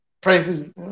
prices